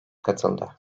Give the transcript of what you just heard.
katıldı